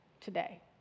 today